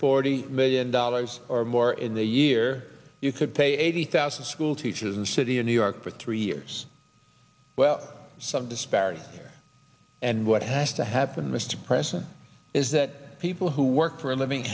forty million dollars or more in the year you could pay eighty thousand schoolteachers in the city of new york for three years well some disparity and what has to happen mr president is that people who work for a living